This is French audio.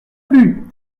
plus